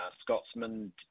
Scotsman